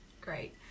great